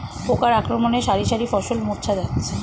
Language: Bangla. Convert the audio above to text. পোকার আক্রমণে শারি শারি ফসল মূর্ছা যাচ্ছে